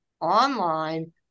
online